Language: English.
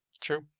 true